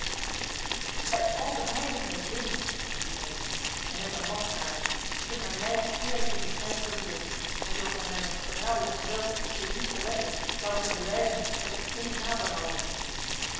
bij al de heiligen des hemels riep breydel gij zijt een lasteraar ik heb mijn lijf eerlijk in de strijd verweerd en zo gij mij met verraderlijk geweld dit niet belette zou ik u bewijzen dat ik geen naberouw heb